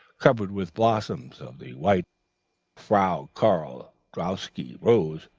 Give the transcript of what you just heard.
covered with blossoms of the white frau karl drouski rose,